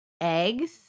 eggs